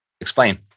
Explain